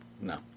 no